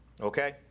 Okay